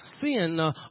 sin